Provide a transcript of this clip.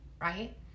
right